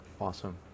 Awesome